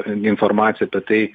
informacija apie tai